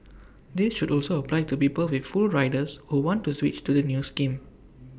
this should also apply to people with full riders who want to switch to the new scheme